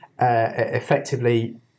Effectively